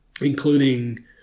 Including